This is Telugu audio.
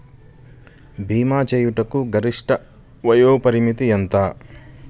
భీమా చేయుటకు గరిష్ట వయోపరిమితి ఎంత?